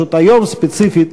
פשוט היום ספציפית